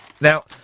Now